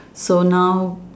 so now